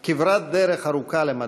עשו כברת דרך ארוכה למדי.